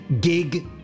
Gig